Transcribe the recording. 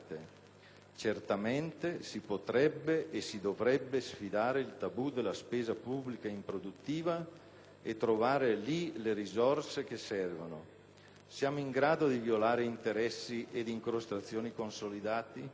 Certamente si potrebbe e si dovrebbe sfidare il tabù della spesa pubblica improduttiva e trovare lì le risorse che servono. Siamo in grado di violare interessi e incrostazioni consolidati?